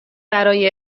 برای